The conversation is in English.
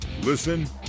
Listen